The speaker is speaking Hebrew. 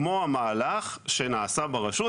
כמו המהלך שנעשה ברשות,